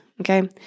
okay